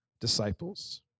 disciples